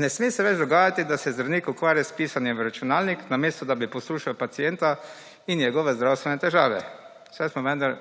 Ne sme se več dogajati, da se zdravnik ukvarja s pisanjem v računalnik, namesto da bi poslušal pacienta in njegove zdravstvene težave, saj smo vendar